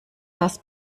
das